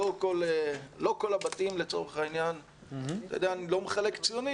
לא כל הבתים לצורך העניין ואני לא מחלק ציונים